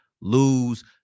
lose